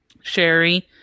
Sherry